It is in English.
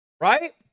Right